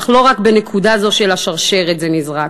אך לא רק בנקודה זו של השרשרת זה נזרק,